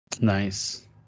nice